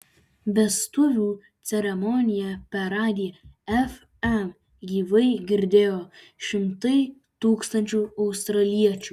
vestuvių ceremoniją per radiją fm gyvai girdėjo šimtai tūkstančių australiečių